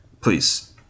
Please